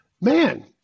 man